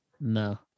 No